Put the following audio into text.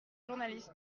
journaliste